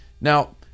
Now